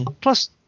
Plus